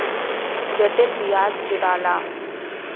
जटिल बियाज जोड़ाला